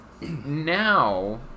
now